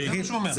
זה מה שהוא אומר.